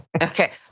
Okay